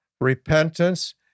repentance